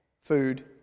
food